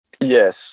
Yes